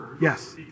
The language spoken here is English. Yes